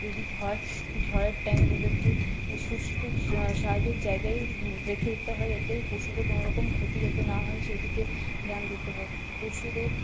যদি হয় ঝড়ের টাইমে তাদেরকে সুস্থ স্বাভাবিক জায়গায় রেখে দিতে হয় যাতে পশুদের কোনওরকম ক্ষতি যাতে না হয় সেদিকে ধ্যান দিতে হয় পশুদের